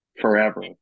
forever